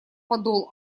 подол